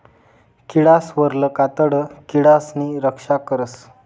किडासवरलं कातडं किडासनी रक्षा करस